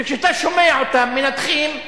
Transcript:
שכשאתה שומע אותם מנתחים,